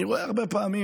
אני רואה הרבה פעמים,